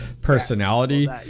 personality